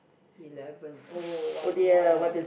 eleven oh one more